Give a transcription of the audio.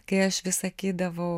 kai aš vis sakydavau